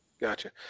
gotcha